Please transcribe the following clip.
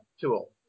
tool